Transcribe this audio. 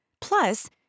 plus